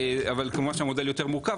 כמובן שהמודל יותר מורכב,